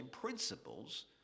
principles